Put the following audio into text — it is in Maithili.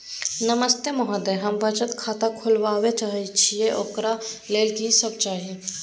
नमस्ते महोदय, हम बचत खाता खोलवाबै चाहे छिये, ओकर लेल की सब चाही?